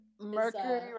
Mercury